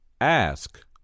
Ask